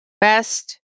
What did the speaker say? best